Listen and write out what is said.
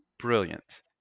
Brilliant